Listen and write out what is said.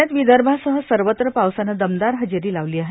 राज्यात विदर्भासह सर्वत्र पावसानं दमदार हजेरी लावली आहे